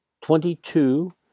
twenty-two